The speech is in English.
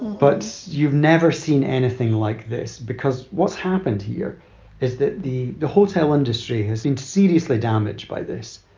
but you've never seen anything like this because what's happened here is that the the hotel industry has been seriously damaged by this.